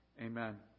Amen